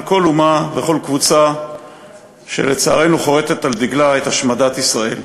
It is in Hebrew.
על כל אומה וכל קבוצה שלצערנו חורתת על דגלה את השמדת ישראל.